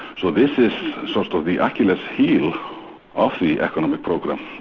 so this is sort of the achilles heel of the economic program.